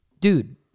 Dude